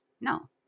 no